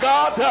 God